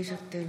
[מס' מ/1338,